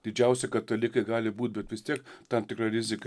didžiausi katalikai gali būt bet vis tiek tam tikra rizika